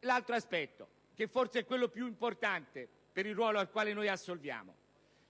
L'altro aspetto, che forse è quello più importante per il ruolo al quale assolviamo, è che